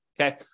Okay